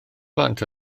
blant